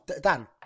Dan